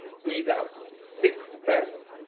breath out, sixth breath,